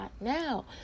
now